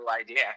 idea